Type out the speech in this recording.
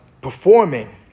performing